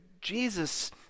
Jesus